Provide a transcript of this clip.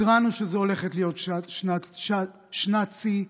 התרענו שזאת הולכת להיות שנת שיא.